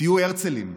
תהיו הרצלים.